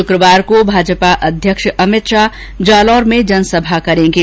शुक़वार को भाजपा अध्यक्ष अमित शाह जालौर में जनसभा करेंगे